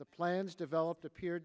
the plans developed appear